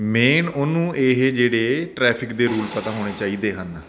main ਉਹਨੂੰ ਇਹ ਜਿਹੜੇ ਟਰੈਫਿਕ ਦੇ ਰੂਲ ਪਤਾ ਹੋਣੇ ਚਾਹੀਦੇ ਹਨ